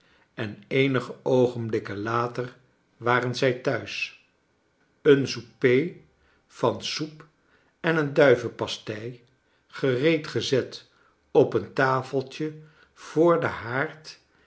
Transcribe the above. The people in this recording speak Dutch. en eenige oogenblikken later waren zij thuis een souper van soep en een duivenpastei gereed gezet op een tafeltje voor den haard